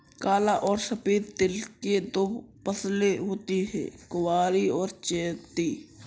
काला और सफेद तिल की दो फसलें होती है कुवारी और चैती